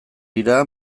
dira